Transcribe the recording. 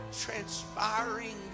transpiring